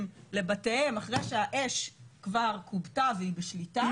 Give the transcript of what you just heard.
לבתיהם אחרי שהאש כבר כובתה והיא בשליטה,